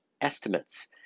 estimates